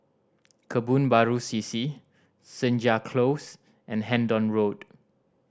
Kebun Baru C C Senja Close and Hendon Road